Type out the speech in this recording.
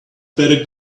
better